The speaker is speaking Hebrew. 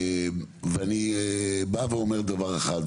ואני בא ואומר דבר אחד,